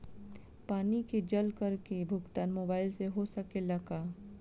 पानी के जल कर के भुगतान मोबाइल से हो सकेला का?